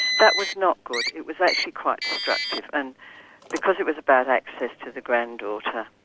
that was not good. it was actually quite destructive, and because it was about access to the granddaughter,